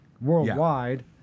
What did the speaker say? worldwide